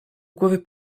głowie